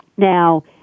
Now